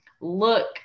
look